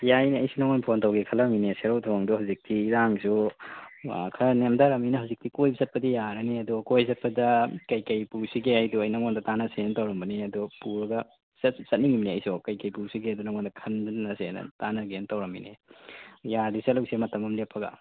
ꯌꯥꯏꯅꯦ ꯑꯩꯁꯨ ꯅꯉꯣꯟꯗ ꯐꯣꯟ ꯇꯧꯒꯦ ꯈꯜꯂꯝꯃꯤꯅꯦ ꯁꯦꯔꯧ ꯊꯣꯡꯗꯣ ꯍꯧꯖꯤꯛꯇꯤ ꯏꯔꯥꯡꯁꯨ ꯈꯔ ꯅꯦꯝꯗꯔꯕꯅꯤꯅ ꯍꯧꯖꯤꯛꯇꯤ ꯀꯣꯏꯕ ꯆꯠꯄꯗꯤ ꯌꯥꯔꯅꯤ ꯑꯗꯣ ꯀꯣꯏ ꯆꯠꯄꯗ ꯀꯔꯤ ꯀꯔꯤ ꯄꯨꯁꯤꯒꯦ ꯑꯩꯗꯣ ꯑꯩ ꯅꯉꯣꯟꯗ ꯇꯥꯅꯁꯦꯅ ꯇꯧꯔꯝꯕꯅꯤ ꯑꯗꯣ ꯄꯨꯔꯒ ꯆꯠꯁꯨ ꯆꯠꯅꯤꯡꯃꯤꯅꯦ ꯑꯩꯁꯨ ꯀꯔꯤ ꯀꯔꯤ ꯄꯨꯁꯤꯒꯦꯗꯣ ꯅꯉꯣꯟꯗ ꯈꯟꯅꯁꯦꯅ ꯇꯥꯟꯅꯒꯦꯅ ꯇꯧꯔꯝꯃꯤꯅꯦ ꯌꯥꯔꯗꯤ ꯆꯠꯂꯨꯁꯦ ꯃꯇꯝ ꯑꯃ ꯂꯦꯞꯄꯒ